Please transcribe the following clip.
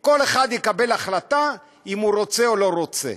כל אחד יקבל החלטה אם הוא רוצה או לא רוצה.